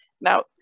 Now